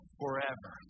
forever